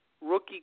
rookie